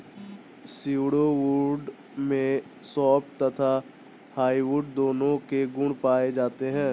pseudo wood में soft तथा hardwood दोनों के गुण पाए जाते हैं